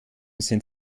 sind